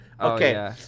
Okay